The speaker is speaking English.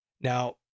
Now